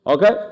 Okay